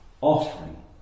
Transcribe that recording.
offering